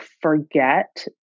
forget